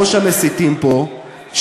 ראש המסיתים פה,